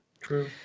true